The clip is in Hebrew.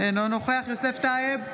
אינו נוכח יוסף טייב,